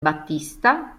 battista